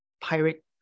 pirate